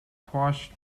quashed